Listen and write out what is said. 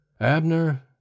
Abner